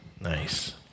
Nice